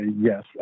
Yes